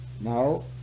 No